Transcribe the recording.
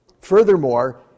Furthermore